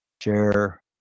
Share